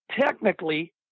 technically